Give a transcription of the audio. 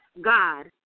God